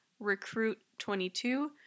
RECRUIT22